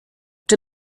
czy